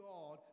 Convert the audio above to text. God